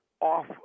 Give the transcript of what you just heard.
off